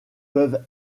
peuvent